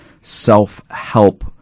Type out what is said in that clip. self-help